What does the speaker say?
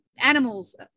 Animals